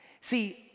See